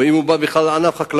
או אם הוא בא לענף החקלאות,